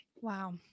Wow